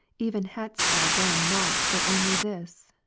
even hadst thou done nought but only this,